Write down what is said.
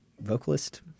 vocalist